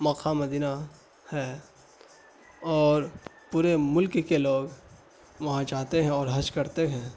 Mecca Medina ہے اور پورے ملک کے لوگ وہاں جاتے ہیں اور حج کرتے ہیں